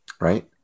Right